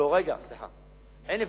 לא, רגע, סליחה, אין הבדל.